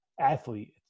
athlete